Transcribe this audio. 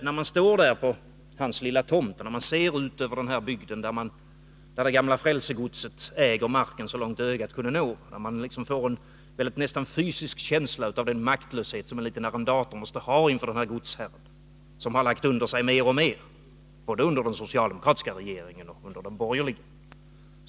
När man står på hans lilla tomt och ser ut över denna bygd där det gamla frälsegodset äger marken så långt ögat kan nå, får man en nästan fysisk känsla av den maktlöshet som en liten arrendator måste känna inför denna godsherre, som har lagt under sig mer och mer, både på den socialdemokratiska regeringens tid och på den borgerliga.